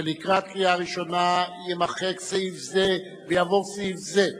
שלקראת קריאה ראשונה יימחק סעיף זה ויבוא סעיף זה,